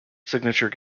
signature